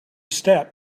step